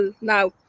now